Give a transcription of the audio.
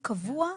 קבוע,